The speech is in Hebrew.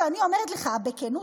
כשאני אומרת לך בכנות,